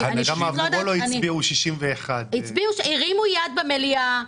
גם עבורו לא הצביעו 61. הרימו יד במליאה.